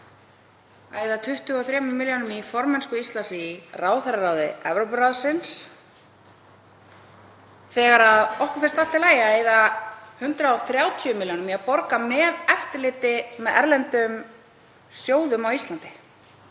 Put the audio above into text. eyða 23 milljónum í formennsku Íslands í ráðherraráði Evrópuráðsins þegar okkur finnst allt í lagi að eyða 130 milljónum í að borga með eftirliti með erlendum sjóðum á Íslandi?